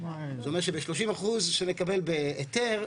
זה אומר שב-30% שנקבל בהיתר,